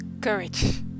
courage